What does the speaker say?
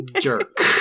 jerk